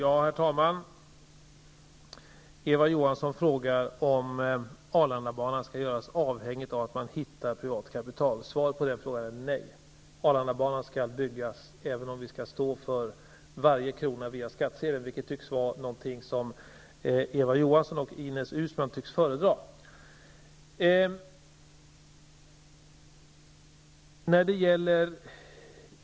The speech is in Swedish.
Herr talman! Eva Johansson frågar om Arlandabanan skall vara avhängig av att man hittar privat kapital. Svaret på den frågan är nej. Arlandabanan skall byggas även om varje krona skall tas via skattsedeln, vilket tycks vara något som Eva Johansson och Ines Uusmann tycks föredra.